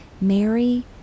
Mary